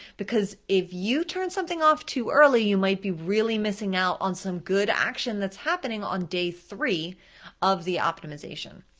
because if you turn something off too early, you might be really missing out on some good action that's happening on day three of the optimization.